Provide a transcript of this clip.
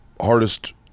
hardest